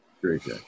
great